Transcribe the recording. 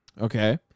okay